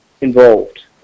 involved